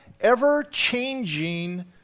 ever-changing